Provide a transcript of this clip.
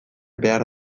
behar